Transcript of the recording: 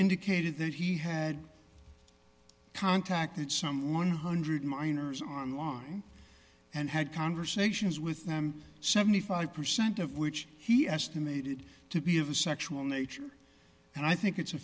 indicated that he had contacted some one hundred dollars miners are in line and had conversations with them seventy five percent of which he estimated to be of a sexual nature and i think it's a